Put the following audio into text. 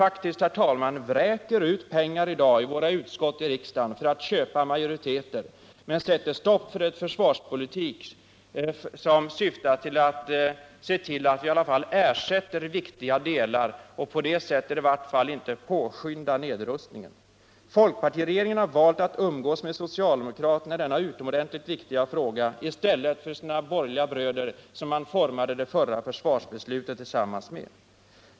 Folkpartiet vräker faktiskt ut pengar i dag i våra utskott i riksdagen för att köpa majoriteter, men sätter stopp för en försvarspolitik som syftar till att se till, att vi i alla fall ersätter viktiga delar och på det sättet åtminstone inte påskyndar nedrustningen. Folkpartiregeringen har valt att umgås med socialdemokraterna i denna utomordentligt väsentliga fråga i stället för med sina borgerliga bröder, som man formade det förra försvarsbeslutet tillsammans med.